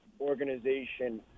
organization